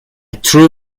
true